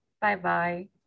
Bye-bye